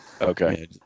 Okay